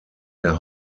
der